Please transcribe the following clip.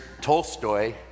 tolstoy